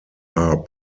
are